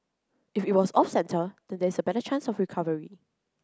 if it was off centre then there is a better chance of recovery